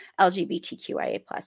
LGBTQIA